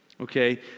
Okay